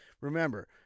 Remember